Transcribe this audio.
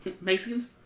Mexicans